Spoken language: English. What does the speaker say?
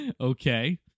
Okay